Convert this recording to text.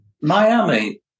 Miami